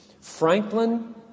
Franklin